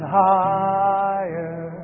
higher